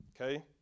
okay